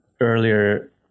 earlier